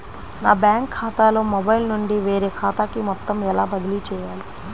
నా బ్యాంక్ ఖాతాలో మొబైల్ నుండి వేరే ఖాతాకి మొత్తం ఎలా బదిలీ చేయాలి?